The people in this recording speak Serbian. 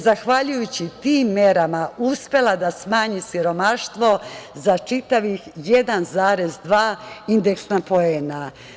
Zahvaljujući tim merama uspela je da smanji siromaštvo za čitavih 1,2 indeksna poena.